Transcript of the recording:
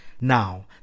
Now